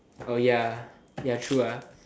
ya ya true ah